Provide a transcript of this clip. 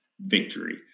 victory